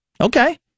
okay